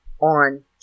on